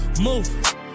Move